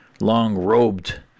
long-robed